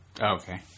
Okay